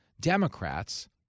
Democrats